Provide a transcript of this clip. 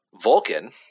Vulcan